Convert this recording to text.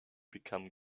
become